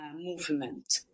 movement